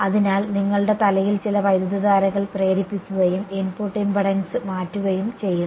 അതിനാൽ നിങ്ങളുടെ തലയിൽ ചില വൈദ്യുതധാരകൾ പ്രേരിപ്പിക്കുകയും ഇൻപുട്ട് ഇംപെഡൻസ് മാറ്റുകയും ചെയ്യുന്നു